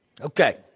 Okay